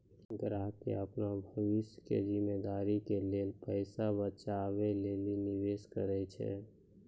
ग्राहकें अपनो भविष्य के जिम्मेदारी के लेल पैसा बचाबै लेली निवेश करै छै